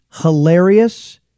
hilarious